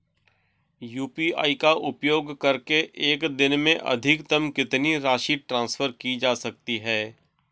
UPI का उपयोग करके एक दिन में अधिकतम कितनी राशि ट्रांसफर की जा सकती है?